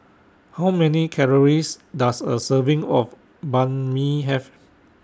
How Many Calories Does A Serving of Banh MI Have